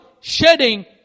shedding